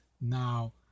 Now